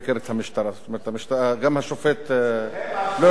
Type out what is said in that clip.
גם השופט לא יודע את עבודתו.